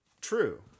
True